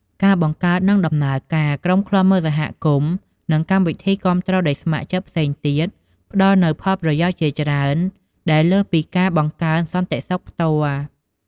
ការបង្កើត និងដំណើរការ ក្រុមឃ្លាំមើលសហគមន៍ និងកម្មវិធីគាំទ្រដោយស្ម័គ្រចិត្តផ្សេងទៀត ផ្តល់នូវផលប្រយោជន៍ជាច្រើនដែលលើសពីការបង្កើនសន្តិសុខផ្ទាល់។